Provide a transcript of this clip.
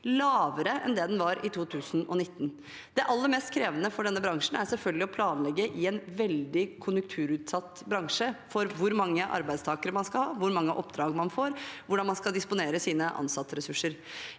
lavere enn det den var i 2019. Det aller mest krevende for denne bransjen er selvfølgelig å planlegge – i en veldig konjunkturutsatt bransje – for hvor mange arbeidstakere man skal ha, hvor mange oppdrag man får, og hvordan man skal disponere sine ansatteressurser.